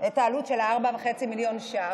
את העלות של ה-4.5 מיליון ש"ח.